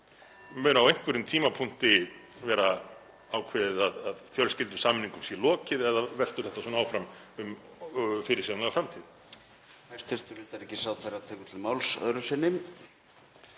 Mun á einhverjum tímapunkti vera ákveðið að fjölskyldusameiningum sé lokið eða veltur þetta svona áfram um fyrirsjáanlega framtíð?